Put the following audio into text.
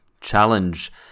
challenge